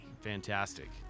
Fantastic